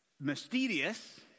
mysterious